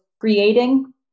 creating